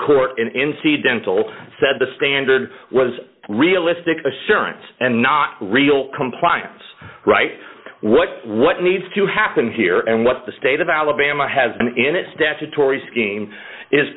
court in n c dental said the standard was realistic assurance and not real compliance right what what needs to happen here and what the state of alabama has in its statutory scheme is